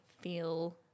feel